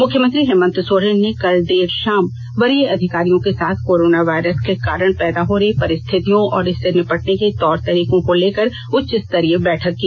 मुख्यमंत्री हेमन्त सोरेन ने कल देर शाम वरीय अधिकारियों के साथ कोरोना वायरस के कारण पैदा हो रही परिस्थितियों और इससे निपटने के तौर तरीकों को लेकर उच्चस्तरीय बैठक की